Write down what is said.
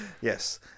Yes